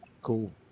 Cool